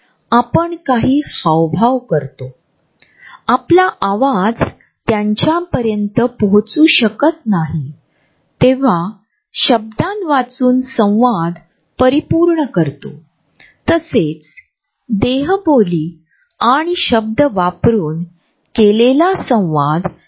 एक झोन म्हणजे जिव्हाळ्याचा झोन ० ते १८ इंचाचा संपर्क म्हणजे एखाद्याशी वैयक्तिक अंतर साडेचार ते चार फूट सामाजिक अंतर ४ ते १२ फूट म्हणजे सार्वजनिक व्यासपीठावर जेथे आपणतर हे लोक वापरत असलेल्या वैयक्तिक जागेचे वेगवेगळे प्रकार आहेत